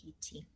PT